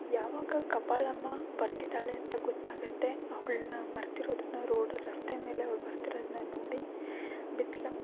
ಯಾವಾಗ ಕಬ್ಬಾಳಮ್ಮ ಬರ್ತಿದ್ದಾಳೆ ಅಂತ ಗೊತ್ತಾಗುತ್ತೆ ಅವ್ಳನ್ನ ಬರ್ತಿರೋದನ್ನು ರೋಡ್ ರಸ್ತೆ ಮೇಲೆ ಅವ್ಳು ಬರ್ತಿರೋದನ್ನ ನೋಡಿ ಬಿಸ್ಲಮ್ಮ